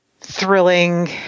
thrilling